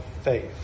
faith